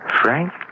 Frank